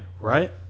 Right